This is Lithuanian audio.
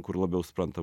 kur labiau supranta